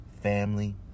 family